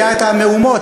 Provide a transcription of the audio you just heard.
היו המהומות,